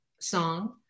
song